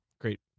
Great